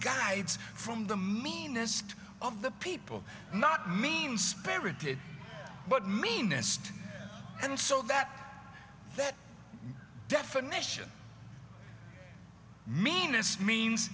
guides from the meanest of the people not mean spirited but meanest and so that that definition meanness means